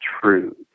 truth